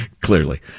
clearly